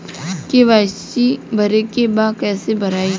KYC भरे के बा कइसे भराई?